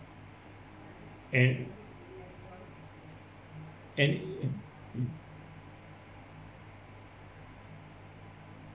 and and